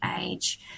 age